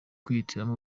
kwihitiramo